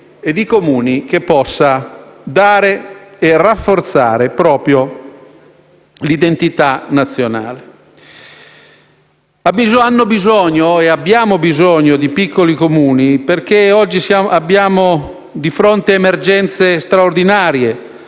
e di Comuni che possa dare e rafforzare proprio l'identità nazionale. Abbiamo bisogno di piccoli Comuni, perché oggi abbiamo di fronte emergenze straordinarie: